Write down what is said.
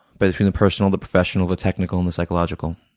but the the personal, the professional, the technical and the psychological.